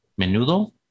menudo